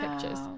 pictures